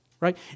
right